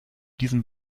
diesen